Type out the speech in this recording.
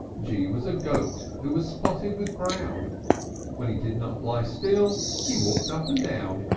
g was a goat who was spotted with brown when he did not lie still he walked up and down.